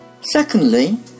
Secondly